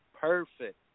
perfect